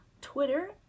Twitter